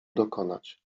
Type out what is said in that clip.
dokonać